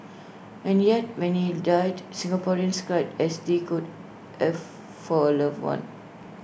and yet when he died Singaporeans cried as they could F for A loved one